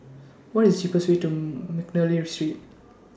What IS cheapest Way to Mcnally Street